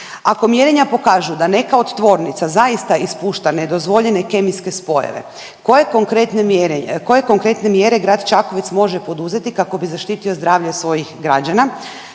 Ako mjerenja pokažu da neka od tvornica zaista ispušta nedozvoljene kemijske spojeve, koje konkretne mjere, koje konkretne mjere grad Čakovec može poduzeti kako bi zaštitio zdravlje svojih građana